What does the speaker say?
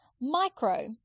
micro